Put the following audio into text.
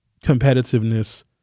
competitiveness